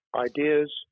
Ideas